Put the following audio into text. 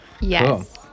Yes